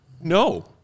No